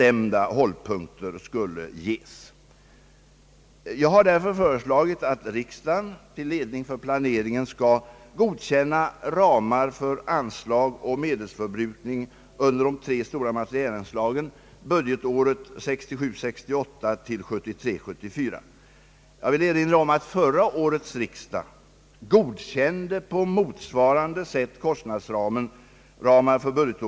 Jag delar fullständigt herr Eliassons mening att vi bör tillåta försäljning av detta flygplan, om det finns intresse för det i andra länder. Det är emellertid inte så lätt för oss att utveckla ett sådant plan i samarbete med andra länder.